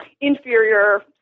inferior